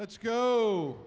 let's go